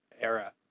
era